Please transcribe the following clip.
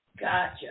Gotcha